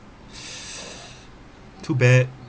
too bad